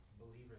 believers